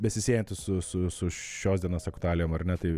besisiejanti su su su šios dienos aktualijom ar ne tai